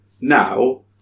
Now